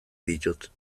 ditut